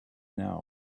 now